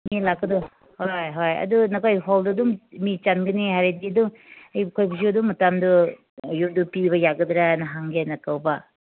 ꯃꯤ ꯂꯥꯛꯄꯗꯨ ꯍꯣꯏ ꯍꯣꯏ ꯑꯗꯨ ꯅꯈꯣꯏꯒꯤ ꯍꯣꯜꯗꯨ ꯑꯗꯨꯝ ꯃꯤ ꯆꯟꯒꯅꯤ ꯍꯥꯏꯔꯗꯤ ꯑꯗꯨ ꯑꯩꯈꯣꯏꯒꯤꯁꯨ ꯑꯗꯨꯝ ꯃꯇꯝꯗꯨ ꯌꯨꯝꯗꯨ ꯄꯤꯕ ꯌꯥꯒꯗ꯭ꯔꯥꯑꯅ ꯍꯪꯒꯦꯅ ꯀꯧꯕ